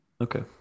okay